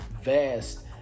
vast